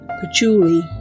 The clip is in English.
patchouli